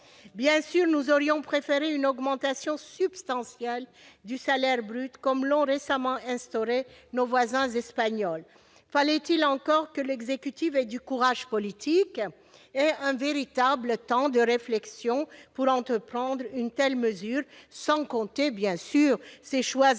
Bien sûr, nous aurions préféré une augmentation substantielle du salaire brut, à l'image de ce qu'ont récemment fait nos voisins espagnols. Fallait-il encore que l'exécutif ait du courage politique et un véritable temps de réflexion pour entreprendre une telle mesure, sans compter évidemment ses choix antérieurs